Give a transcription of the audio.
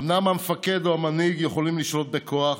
אומנם המפקד או המנהיג יכולים לשלוט בכוח,